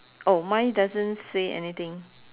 oh mine doesn't say anything